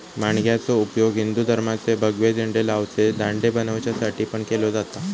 माणग्याचो उपयोग हिंदू धर्माचे भगवे झेंडे लावचे दांडे बनवच्यासाठी पण केलो जाता